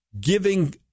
Giving